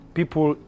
people